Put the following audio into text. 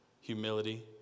humility